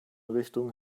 richtung